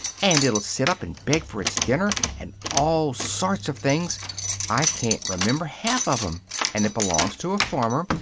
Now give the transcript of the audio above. and it'll sit up and beg for its dinner, and all sorts of things i ca'n't remember half of them and it belongs to a farmer,